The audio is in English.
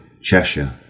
Cheshire